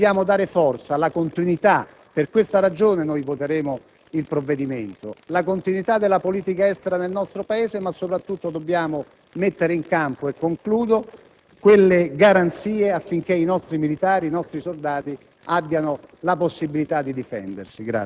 Questi sono sentimenti degli italiani. Dobbiamo difendere la credibilità del nostro Paese, dobbiamo dare forza alla continuità. Per questa ragione voteremo a favore del provvedimento, per la continuità della politica estera del nostro Paese. Soprattutto, dobbiamo mettere in campo - e concludo